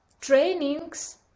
trainings